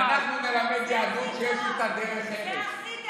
ואנחנו נלמד יהדות שיש איתה דרך ארץ,